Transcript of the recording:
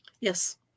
yes